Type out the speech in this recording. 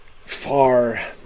far